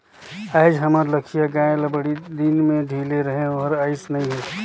आयज हमर लखिया गाय ल बड़दिन में ढिले रहें ओहर आइस नई हे